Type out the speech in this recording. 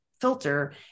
filter